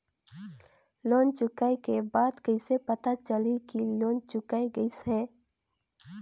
Loan चुकाय के बाद कइसे पता चलही कि लोन चुकाय गिस है?